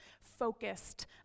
focused